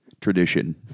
tradition